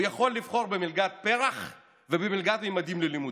הוא יכול לבחור במלגת פר"ח ובמלגת ממדים ללימודים,